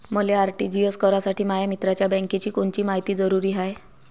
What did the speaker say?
मले आर.टी.जी.एस करासाठी माया मित्राच्या बँकेची कोनची मायती जरुरी हाय?